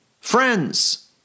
friends